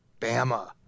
Bama